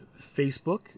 Facebook